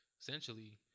essentially